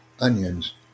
onions